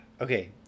okay